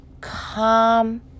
calm